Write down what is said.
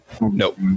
Nope